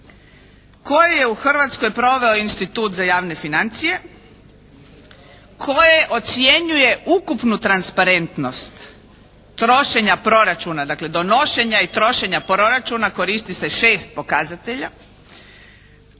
koje je u Hrvatskoj proveo Institut za javne financije koje ocjenjuje ukupnu transparentnost trošenja proračuna. Dakle, donošenja i trošenja proračuna koristi se 6 pokazatelja